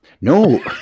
No